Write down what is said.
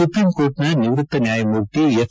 ಸುಪ್ರೀಂಕೋರ್ಟ್ನ ನಿವೃತ್ತ ನ್ಯಾಯಮೂರ್ತಿ ಎಫ್